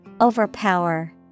Overpower